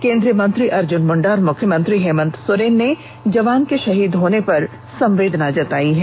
केंद्रीय मंत्री अर्जुन मुंडा और मुख्यमंत्री हेमंत सोरेन ने जवान के शहीद होने पर संवेदना जतायी है